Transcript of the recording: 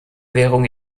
währung